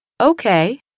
okay